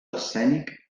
escènic